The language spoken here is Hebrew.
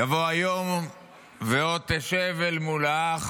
יבוא היום ועוד תשב אל מול האח